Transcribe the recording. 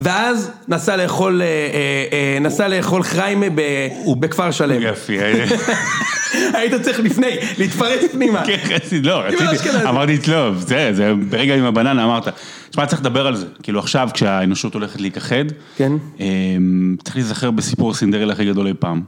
ואז נסע לאכול חריימה בכפר שלם. יופי, היית צריך לפני להתפרץ פנימה. כן, חסיד, לא, רציתי, אמרתי תלוב, זה, זה, ברגע עם הבננה אמרת, תשמע, צריך לדבר על זה, כאילו עכשיו כשהאנושות הולכת להיכחד, כן. צריך להיזכר בסיפור הסינדרלה הכי גדול אי פעם.